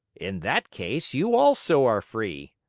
in that case you also are free,